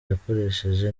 yakoresheje